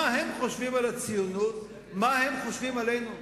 מה הם חושבים על הציונות, מה הם חושבים עלינו.